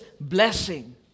blessing